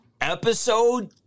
episode